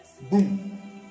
boom